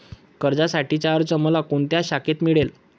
कर्जासाठीचा अर्ज मला कोणत्या शाखेत मिळेल?